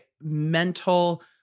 mental